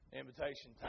invitation